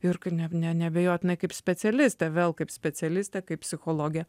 ir ka ne neabejotinai kaip specialistė vėl kaip specialistė kaip psichologė